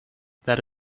that